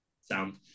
sound